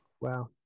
Wow